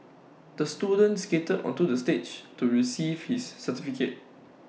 the student skated onto the stage to receive his certificate